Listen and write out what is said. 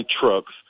trucks